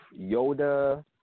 Yoda